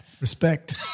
Respect